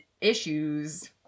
issues